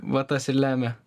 va tas ir lemia